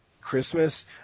Christmas